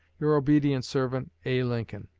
your obedient servant, a. lincoln.